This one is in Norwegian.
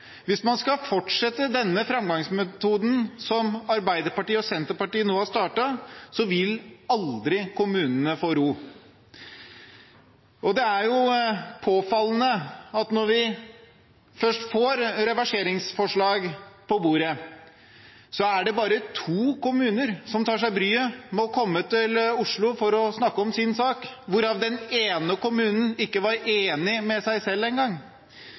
Hvis man skal fortsette denne framgangsmetoden som Arbeiderpartiet og Senterpartiet nå har startet, vil aldri kommunene få ro. Og det er påfallende at når vi først får reverseringsforslag på bordet, er det bare to kommuner som tar seg bryet med å komme til Oslo for å snakke om sin sak, hvorav den ene kommunen ikke var enig med seg selv